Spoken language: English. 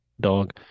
dog